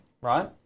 right